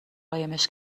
قایمش